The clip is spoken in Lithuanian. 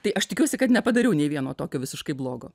tai aš tikiuosi kad nepadariau nė vieno tokio visiškai blogo